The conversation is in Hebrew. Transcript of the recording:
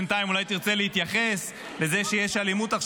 בינתיים אולי תרצה להתייחס לזה שיש אלימות עכשיו,